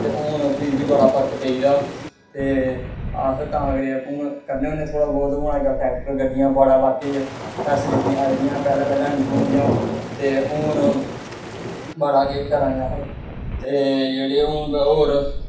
ते हून फिर बी बड़ा फर्क पेई गेदा ते अस तां करियै हून करने होने थोह्ड़ा बोह्त हून अजकल्ल ट्रैक्टर गड्डियां बड़ा लाके च फैसलिटियां आई दियां पैह्लैं पैह्लैं नेईं हियां होंदियां ते हून बड़ा किश करा ने अस ते जेह्ड़े हून